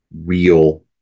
real